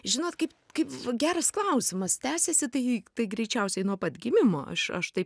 žinot kaip kaip geras klausimas tęsėsi tai tai greičiausiai nuo pat gimimo aš aš taip